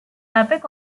epic